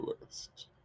list